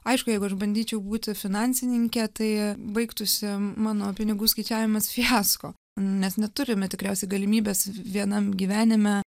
aišku jeigu aš bandyčiau būti finansininkė tai baigtųsi mano pinigų skaičiavimas fiasko nes neturime tikriausiai galimybės vienam gyvenime